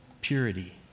purity